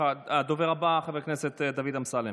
הדובר הבא, חבר הכנסת דוד אמסלם.